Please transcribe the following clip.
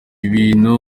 ibintu